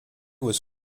was